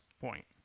point